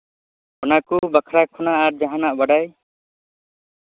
ᱚᱱᱟ ᱠᱚ ᱵᱟᱠᱷᱨᱟ ᱠᱷᱚᱱᱟᱜ ᱟᱨ ᱡᱟᱸᱦᱟᱱᱟᱜ ᱵᱟᱲᱟᱭ